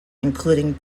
including